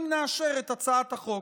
אם נאשר את הצעת החוק.